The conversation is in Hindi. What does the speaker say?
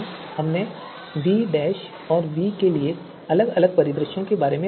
हमने v और v के लिए अलग अलग परिदृश्यों के बारे में बात की